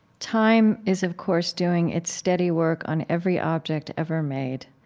time is, of course, doing it's steady work on every object ever made.